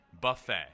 buffet